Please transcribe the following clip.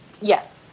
Yes